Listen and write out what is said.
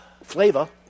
flavor